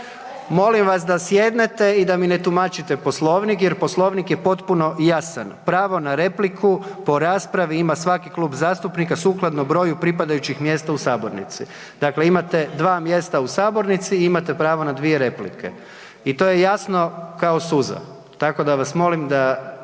Molim vas da sjednete i da mi ne tumačite Poslovnik, jer Poslovnik je potpuno jasan. Pravo na repliku po raspravi ima svaki klub zastupnika sukladno broju pripadajućih mjesta u sabornici. Dakle, imate 2 mjesta u sabornici i imate pravo na 2 replike. I to je jasno kao suza. Tako da vas molim da